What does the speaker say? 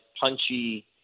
punchy